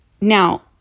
Now